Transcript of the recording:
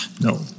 no